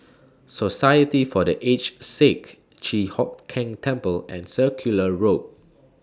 Society For The Aged Sick Chi Hock Keng Temple and Circular Road